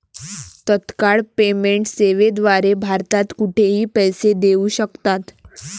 तत्काळ पेमेंट सेवेद्वारे भारतात कुठेही पैसे देऊ शकतात